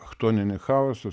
chtoninį chaosą